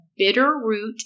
Bitterroot